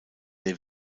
der